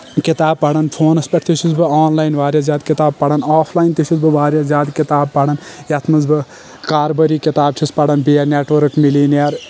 کِتاب پران فونس پٮ۪ٹھ تہِ چھُس بہٕ آن لاین واریاہ زیادٕ کِتاب پران آف لاین تہِ چھُ بہٕ واریاہ زیادٕ کِتاب پران یتھ منٛز بہٕ کاربٲری کِتاب چھُس پران be a network millionaire